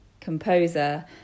composer